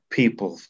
people